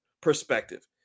perspective